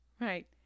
Right